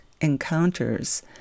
encounters